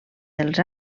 dels